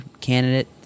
candidate